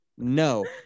No